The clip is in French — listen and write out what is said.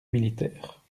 militaire